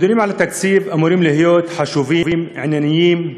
הדיונים על התקציב אמורים להיות חשובים, ענייניים,